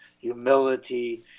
humility